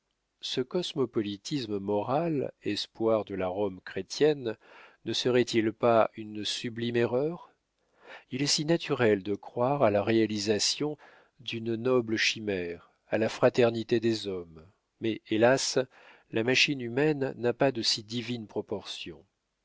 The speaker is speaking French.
ce cosmopolitisme moral espoir de la rome chrétienne ne serait-il pas une sublime erreur il est si naturel de croire à la réalisation d'une noble chimère à la fraternité des hommes mais hélas la machine humaine n'a pas de si divines proportions